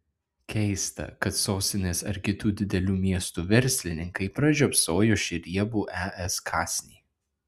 keista kad sostinės ar kitų didelių miestų verslininkai pražiopsojo šį riebų es kąsnį